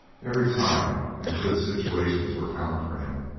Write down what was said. every time, and good situations were found for him.